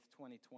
2020